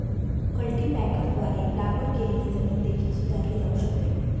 कल्टीपॅकरद्वारे लागवड केलेली जमीन देखील सुधारली जाऊ शकते